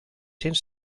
cents